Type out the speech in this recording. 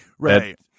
Right